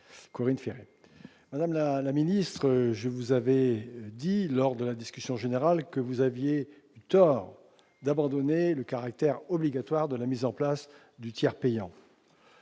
Corinne Féret. Madame la ministre, je l'ai dit au cours de la discussion générale, vous avez tort d'abandonner le caractère obligatoire de la mise en place du tiers payant.